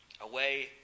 Away